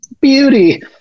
beauty